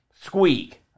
squeak